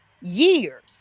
years